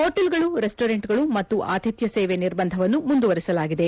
ಹೊಟೇಲ್ಗಳು ರೆಸ್ವೋರೆಂಟ್ಗಳು ಮತ್ತು ಆತಿಥ್ಯ ಸೇವೆ ನಿರ್ಬಂಧವನ್ನು ಮುಂದುವರಿಸಲಾಗಿದೆ